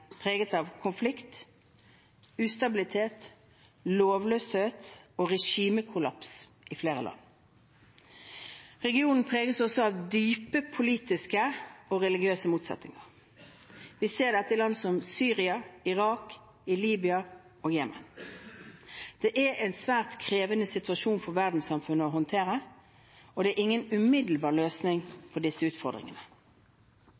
preget av konflikt, ustabilitet, lovløshet og regimekollaps i flere land. Regionen preges også av dype politiske og religiøse motsetninger. Vi ser dette i land som Syria, Irak, Libya og Jemen. Det er en svært krevende situasjon for verdenssamfunnet å håndtere, og det er ingen umiddelbar løsning på disse utfordringene.